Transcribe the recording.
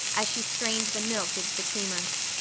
as she strained the milk into the creamers.